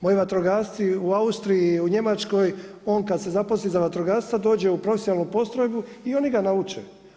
Moji vatrogasci u Austriji, u Njemačkoj, on kad se zaposli za vatrogasca dođe u profesionalnu postrojbu i oni ga nauče.